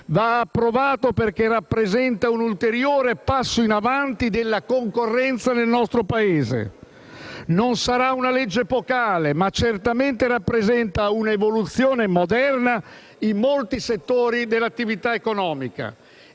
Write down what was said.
bensì perché rappresenta un ulteriore passo in avanti della concorrenza nel nostro Paese. Non sarà una legge epocale, ma certamente rappresenta un'evoluzione moderna in molti settori dell'attività economica.